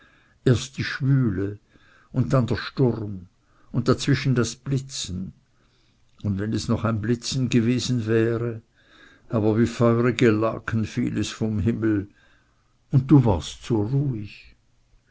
erst die schwüle und dann der sturm und dazwischen das blitzen und wenn es noch ein blitzen gewesen wäre aber wie feurige laken fiel es vom himmel und du warst so ruhig